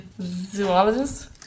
Zoologist